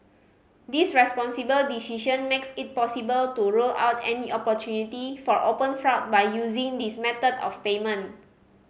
this responsible decision makes it possible to rule out any opportunity for open fraud by using this method of payment